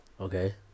Okay